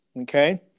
okay